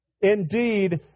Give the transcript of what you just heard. Indeed